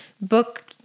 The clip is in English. book